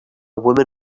woman